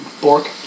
Bork